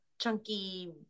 chunky